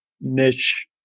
niche